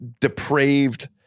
depraved